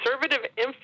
conservative